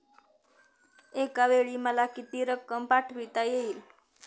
एकावेळी मला किती रक्कम पाठविता येईल?